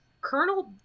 Colonel